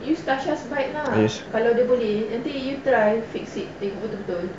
such as is really fix it